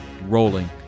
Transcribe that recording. rolling